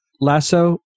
lasso